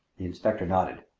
the inspector nodded.